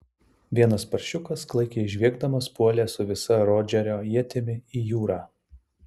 vienas paršiukas klaikiai žviegdamas puolė su visa rodžerio ietimi į jūrą